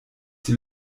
die